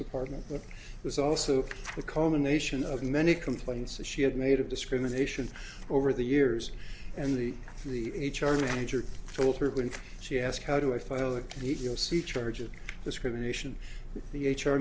department but there's also the culmination of many complaints that she had made of discrimination over the years and the the h r manager told her when she asked how do i file a complete you'll see charge of discrimination the h